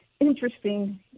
interesting